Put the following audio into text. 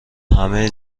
همه